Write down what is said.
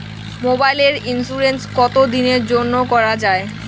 মোবাইলের ইন্সুরেন্স কতো দিনের জন্যে করা য়ায়?